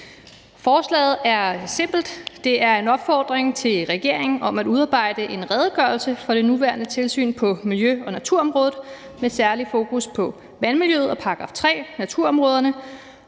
Forslaget er simpelt. Det er en opfordring til regeringen om at udarbejde en redegørelse for det nuværende tilsyn på miljø- og naturområdet med særlig fokus på vandmiljøet og § 3-naturområderne,